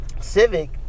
Civic